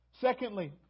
Secondly